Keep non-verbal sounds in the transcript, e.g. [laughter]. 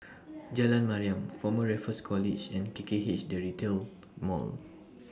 [noise] Jalan Mariam Former Raffles College and K K H The Retail Mall